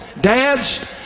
Dads